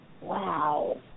Wow